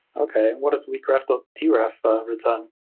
ok. and what does weakref ah deref return?